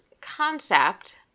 concept